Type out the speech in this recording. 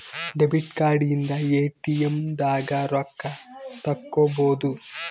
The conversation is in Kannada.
ಡೆಬಿಟ್ ಕಾರ್ಡ್ ಇಂದ ಎ.ಟಿ.ಎಮ್ ದಾಗ ರೊಕ್ಕ ತೆಕ್ಕೊಬೋದು